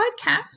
podcast